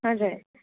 हजुर